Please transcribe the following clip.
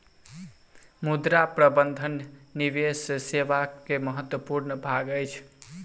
मुद्रा प्रबंधन निवेश सेवा के महत्वपूर्ण भाग अछि